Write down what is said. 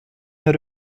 mehr